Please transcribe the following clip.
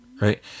right